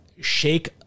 shake